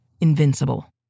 invincible